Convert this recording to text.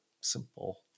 simple